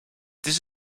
this